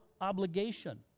obligation